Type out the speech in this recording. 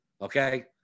Okay